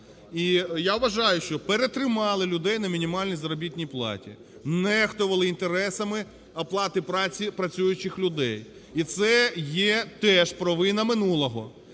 я вважаю, що перетримали людей на мінімальній заробітній платі, нехтували інтересами оплати праці працюючих людей. І це є теж провина минулого.